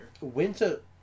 Winter